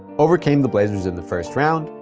overcame the blazers in the first round,